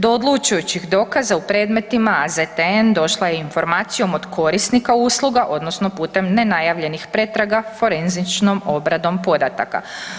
Do odlučujućih dokaza u predmetima AZTN došla je informacijom od korisnika usluga odnosno putem nenajavljenih pretraga forenzičnom obradom podataka.